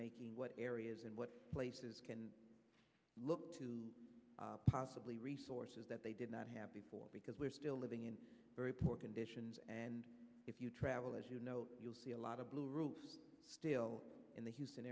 making what areas and what places can look to possibly resources that they did not have before because we're still living in very poor conditions and if you travel as you know you'll see a lot of blue roofs still in the houston